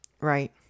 Right